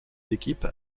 équipes